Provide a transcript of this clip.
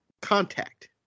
contact